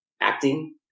acting